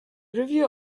review